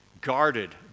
guarded